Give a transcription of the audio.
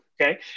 okay